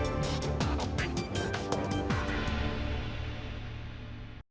Дякую.